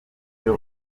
byo